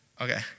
Okay